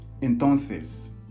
Entonces